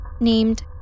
named